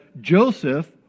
Joseph